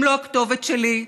הם לא הכתובת שלי.